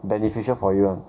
beneficial for you ah